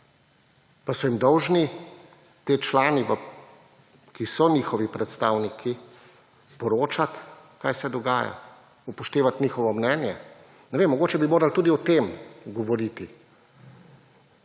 pa so jim dolžni ti člani, ki so njihovi predstavniki, poročati, kaj se dogaja, upoštevati njihovo mnenje. Ne vem, mogoče bi morali tudi o tem govoriti.